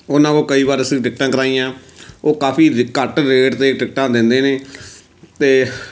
ਉਹਨਾਂ ਕੋਲ ਕਈ ਵਾਰ ਅਸੀਂ ਟਿਕਟਾਂ ਕਰਵਾਈਆਂ ਉਹ ਕਾਫੀ ਘੱਟ ਰੇਟ 'ਤੇ ਟਿਕਟਾਂ ਦਿੰਦੇ ਨੇ ਅਤੇ